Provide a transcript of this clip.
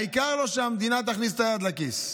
העיקר שהמדינה לא תכניס את היד לכיס.